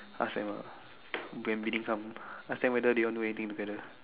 ask them ah when bidding come ask them whether want do anything together